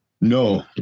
No